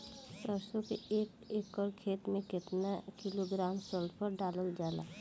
सरसों क एक एकड़ खेते में केतना किलोग्राम सल्फर डालल जाला?